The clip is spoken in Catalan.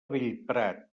bellprat